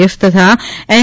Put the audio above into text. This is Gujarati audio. એફ તથા એન